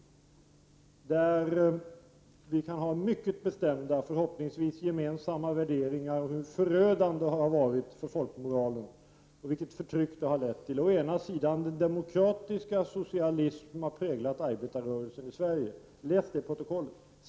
Om dem kan vi ha mycket bestämda, förhoppningsvis gemensamma, värderingar av hur förödande de har varit för folkmoralen och vilket förtryck de har lett till. Den andra delen gäller hur demokratisk socialism har präglat arbetarrörelsen i Sverige. Läs det protokollet!